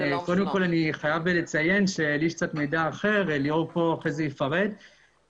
יש לי קצת מידע אחר, ליאור יפרט אחר כך.